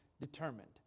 determined